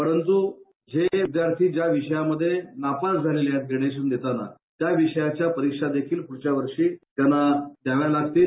परंतू जे विद्यार्थी ज्या विषयामध्ये नापास झालेले आहेत अपग्रेडेश देताना त्याविषयाच्या परिक्षा देखील पुढच्या वर्षी त्यांना द्यावे लागतील